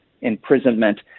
imprisonment